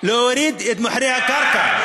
להוריד את מחירי הקרקע.